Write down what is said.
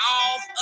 off